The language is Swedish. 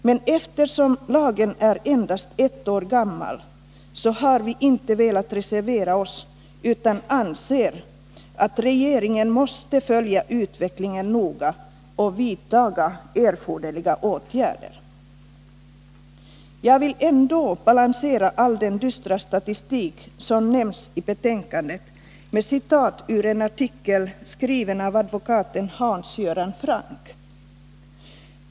Men eftersom lagen är endast ett år gammal har vi inte velat reservera oss, utan anser att regeringen måste följa utvecklingen noga och vidta erforderliga åtgärder. Jag vill ändå balansera all den dystra statistik som nämns i betänkandet med ett citat ur en artikel skriven av advokaten Hans Göran Franck.